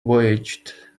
voyaged